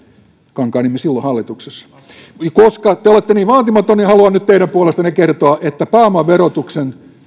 kankaanniemi silloin hallituksessa koska te olette niin vaatimaton niin haluan nyt teidän puolestanne kertoa että pääomaverotusta